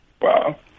Wow